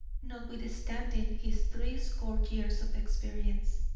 notwithstanding his threescore years of experience.